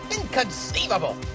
Inconceivable